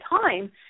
time